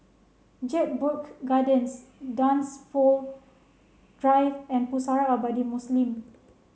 Jedburgh Gardens Dunsfold Drive and Pusara Abadi Muslim